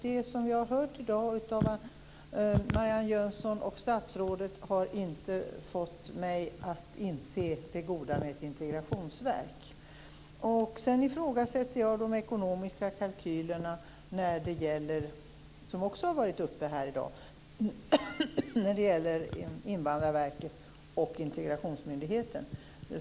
Det vi har hört i dag av Anita Jönsson och statsrådet har inte fått mig att inse det goda med ett integrationsverk. Sedan ifrågasätter jag de ekonomiska kalkylerna som också har varit uppe här i dag när det gäller Invandrarverket och integrationsmyndigheten.